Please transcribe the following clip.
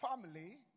family